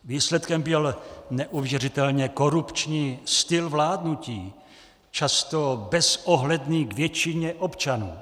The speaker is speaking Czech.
Výsledkem byl neuvěřitelně korupční styl vládnutí, často bezohledný k většině občanů.